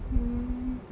mm